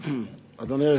אדוני.